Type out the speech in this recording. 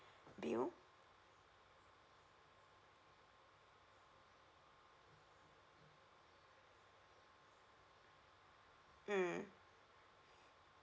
bill mm